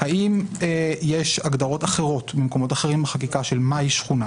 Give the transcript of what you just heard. האם יש הגדרות אחרות במקומות אחרים בחקיקה של מהי שכונה,